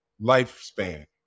lifespan